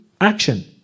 action